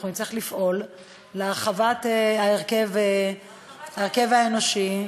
אנחנו נצטרך לפעול להרחבת ההרכב האנושי,